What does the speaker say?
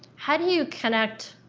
how do you connect?